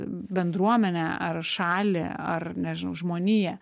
bendruomenę ar šalį ar nežinau žmoniją